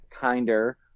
kinder